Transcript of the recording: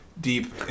deep